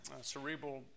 cerebral